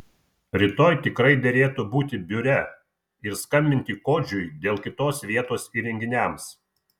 rytoj tikrai derėtų būti biure ir skambinti kodžiui dėl kitos vietos įrenginiams